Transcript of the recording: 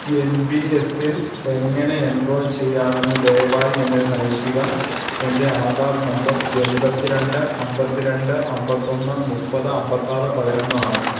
N P എസിൽ എങ്ങനെ enrol ചെയ്യാമെന്ന് ദയവായി എന്നെ നയിക്കുക എൻ്റെ ആധാർ നമ്പർ എൺപത്തിരണ്ട് അമ്പത്തിരണ്ട് അമ്പത്തിയൊന്ന് മുപ്പത് അമ്പത്തിയാറ് പതിനൊന്നാണ്